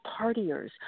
partiers